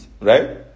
right